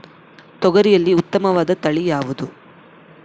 ತೊಗರಿಯಲ್ಲಿ ಉತ್ತಮವಾದ ತಳಿ ಯಾವುದು?